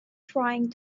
trying